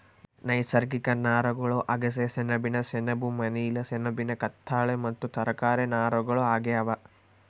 ನೈಸರ್ಗಿಕ ನಾರುಗಳು ಅಗಸೆ ಸೆಣಬಿನ ಸೆಣಬು ಮನಿಲಾ ಸೆಣಬಿನ ಕತ್ತಾಳೆ ಮತ್ತು ತರಕಾರಿ ನಾರುಗಳು ಆಗ್ಯಾವ